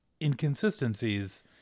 inconsistencies